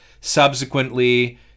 subsequently